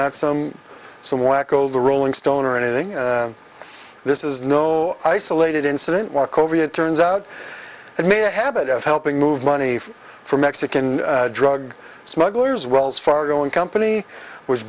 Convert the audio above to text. not some some wacko the rolling stone or anything this is no isolated incident walkover it turns out and made a habit of helping move money from mexican drug smugglers wells fargo and company was